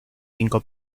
cinco